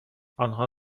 آنها